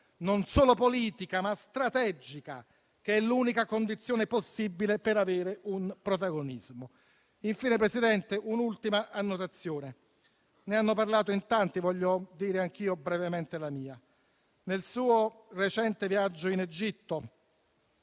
non solo politica ma strategica, che è l'unica condizione possibile per avere un protagonismo. Infine, vorrei fare un'ultima annotazione: ne hanno parlato in tanti e vorrei dire anch'io la mia sul suo recente viaggio in Egitto,